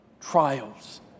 trials